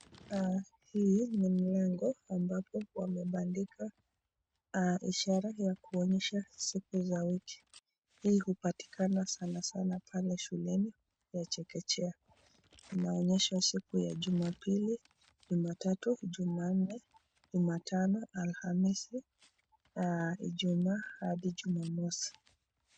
Hii ni mlango ambapo wamebandika ishara ya kuonyesha ziku za wiki, hii hupatikani sanasana pale shuleni ya chekechea inaonyesha siku ya jumapili, jumatatu, juma nne, juma tano, alhamisi , ijuma hadi juma mosi.